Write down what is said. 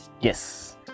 Yes